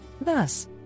thus